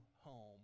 home